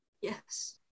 Yes